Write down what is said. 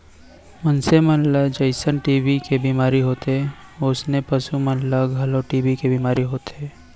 मनसे मन ल जइसन टी.बी के बेमारी होथे वोइसने पसु मन ल घलौ टी.बी के बेमारी होथे